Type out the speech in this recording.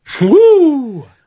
woo